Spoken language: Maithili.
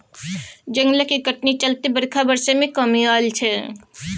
जंगलक कटनी चलते बरखा बरसय मे कमी आएल छै